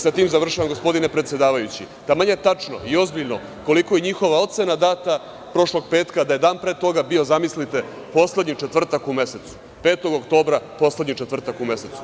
Sa tim završavam, gospodine predsedavajući, taman je tačno i ozbiljno koliko je njihova ocena data prošlog petka da je dan pre toga bio, zamislite, poslednji četvrtak u mesecu, 5. oktobra poslednji četvrtak u mesecu.